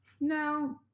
No